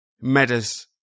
matters